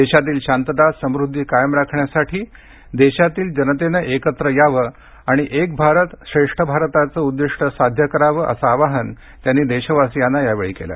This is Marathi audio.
देशातील शांतता समुद्धी कायम राखण्यासाठी देशातील जनतेनं एकत्र यावं आणि एक भारत श्रेष्ठ भारताचं उद्दिष्ट साध्य करावं असं आवाहन त्यांनी देशवासीयांना यावेळी केलं